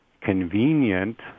convenient